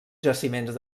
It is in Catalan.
jaciments